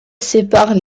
sépare